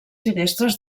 finestres